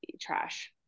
trash